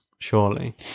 surely